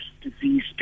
disease